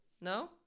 No